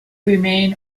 remain